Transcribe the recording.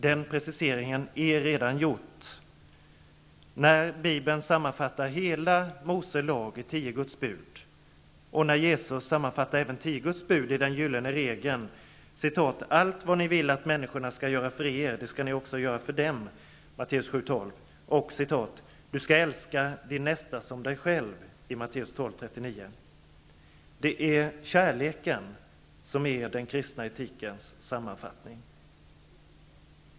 Den preciseringen är redan gjord när Bibeln sammanfattar hela Mose lag i tio Guds bud och när Jesus sammanfattar tio Guds bud i den gyllene regeln: ''Allt vad ni vill att människorna skall göra för er, det skall ni också göra för dem'' . Det är kärleken som är den kristna etikens sammanfattning.